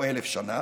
או 1,000 שנה,